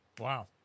Wow